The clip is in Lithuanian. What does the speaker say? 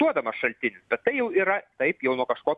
duodamas šaltinis bet tai jau yra taip jau nuo kažko